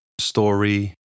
story